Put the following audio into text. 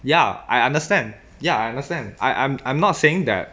ya I understand ya I understand I I am I'm not saying that